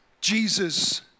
Jesus